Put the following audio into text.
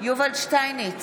יובל שטייניץ,